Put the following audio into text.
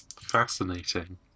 Fascinating